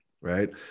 right